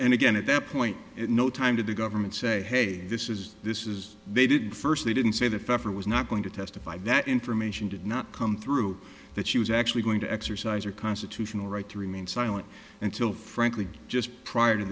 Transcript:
and again at that point at no time to the government say hey this is this is they did first they didn't say the feffer was not going to testify that information did not come through that she was actually going to exercise their constitutional right to remain silent until frankly just prior to